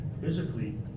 physically